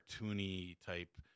cartoony-type